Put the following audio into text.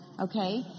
Okay